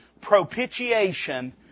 propitiation